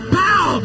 bow